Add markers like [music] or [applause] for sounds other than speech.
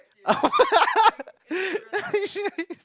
[laughs]